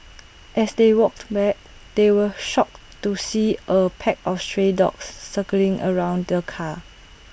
as they walked back they were shocked to see A pack of stray dogs circling around the car